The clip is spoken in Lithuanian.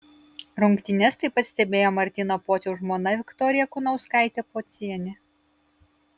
rungtynes taip pat stebėjo martyno pociaus žmona viktorija kunauskaitė pocienė